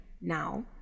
now